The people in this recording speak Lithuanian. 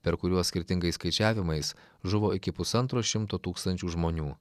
per kuriuos skirtingais skaičiavimais žuvo iki pusantro šimto tūkstančių žmonių